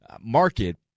market